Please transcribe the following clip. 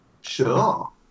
sure